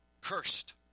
Cursed